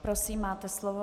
Prosím, máte slovo.